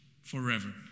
forever